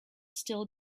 still